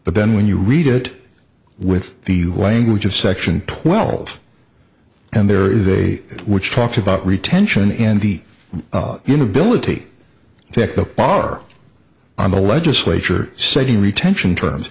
but then when you read it with the language of section twelve and there is a which talked about retention and the inability to take the bar on the legislature setting retention terms